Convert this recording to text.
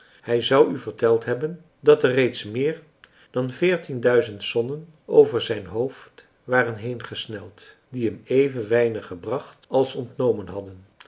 hij zou u verteld hebben dat er reeds meer dan veertien duizend zonnen over zijn hoofd waren heengesneld die hem even weinig gebracht als ontnomen hadden